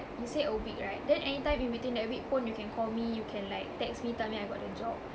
you say a week right then any time in between that week pun you can call me you can like text me tell me I got the job